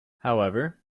however